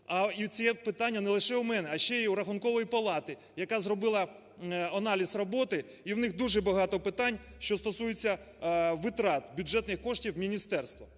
І це питання не лише у мене, а ще і у Рахункової палати, яка зробила аналіз роботи і у них дуже багато питань, що стосуються витрат бюджетних коштів міністерством.